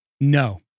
No